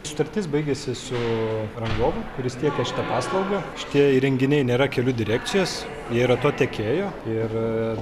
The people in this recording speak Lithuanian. sutartis baigiasi su rangovu kuris tiekia šitą paslaugą šitie įrenginiai nėra kelių direkcijos jie yra to tiekėjo ir